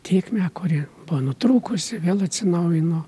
tėkmę kuri buvo nutrūkusi vėl atsinaujino